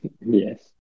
Yes